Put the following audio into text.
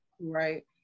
Right